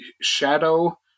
shadow